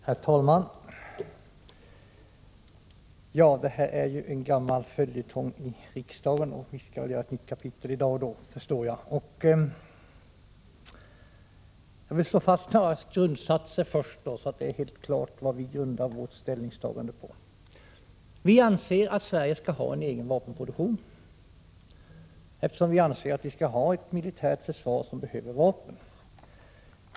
Herr talman! Detta är en gammal följetong i riksdagen, och vi skall väl åstadkomma ett nytt kapitel i dag, förstår jag. Jag vill först slå fast några grundsatser, så att det är helt klart vad vi grundar vårt ställningstagande på. Vi anser att Sverige skall ha en egen vapenproduktion, eftersom vi anser att vi skall ha ett militärt försvar som behöver vapen.